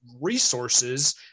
resources